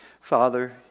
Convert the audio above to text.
Father